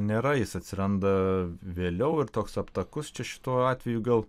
nėra jis atsiranda vėliau ir toks aptakus čia šituo atveju gal